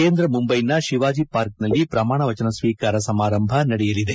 ಕೇಂದ್ರ ಮುಂಬೈನ ಶಿವಾಜಿ ಪಾರ್ಕ್ನಲ್ಲಿ ಪ್ರಮಾಣವಚನ ಸ್ವೀಕಾರ ಸಮಾರಂಭ ನಡೆಯಲಿದೆ